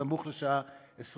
בסמוך לשעה 22:20,